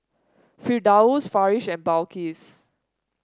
Firdaus Farish and Balqis